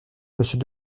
monsieur